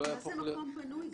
מה זה מקום פנוי?